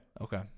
okay